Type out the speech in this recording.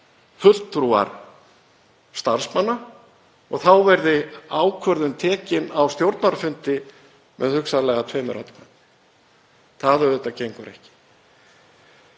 fulltrúar starfsmanna, og þá verði ákvörðun tekin á stjórnarfundi með hugsanlega tveimur atkvæðum. Það gengur ekki.